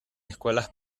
escuelas